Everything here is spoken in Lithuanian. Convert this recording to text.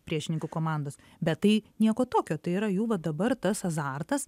priešininkų komandos bet tai nieko tokio tai yra jų va dabar tas azartas